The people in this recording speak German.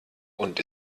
und